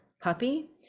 puppy